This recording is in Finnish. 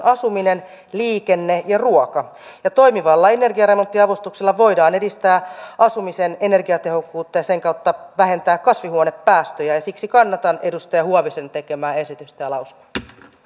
asuminen liikenne ja ruoka ja toimivalla energiaremonttiavustuksella voidaan edistää asumisen energiatehokkuutta ja sen kautta vähentää kasvihuonepäästöjä ja siksi kannatan edustaja huovisen tekemää esitystä ja lausumaa